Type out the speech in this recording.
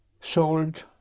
sold